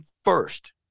first